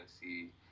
see